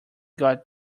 got